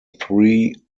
three